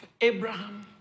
Abraham